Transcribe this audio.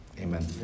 amen